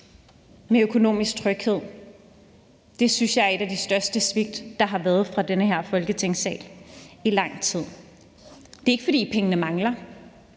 jeg ikke. Jeg synes, det er et af de største svigt, der har fundet sted i den her Folketingssal i lang tid. Det er ikke, fordi pengene mangler.